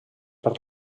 per